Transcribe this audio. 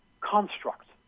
construct